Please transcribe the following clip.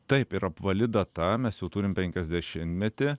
taip ir apvali data mes jau turim penkiasdešimtmetį